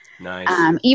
Nice